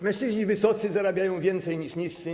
Mężczyźni wysocy zarabiają więcej niż niscy.